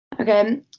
Okay